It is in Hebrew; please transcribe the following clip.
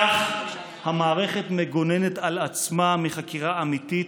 כך המערכת מגוננת על עצמה מחקירה אמיתית,